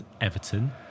Everton